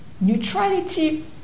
neutrality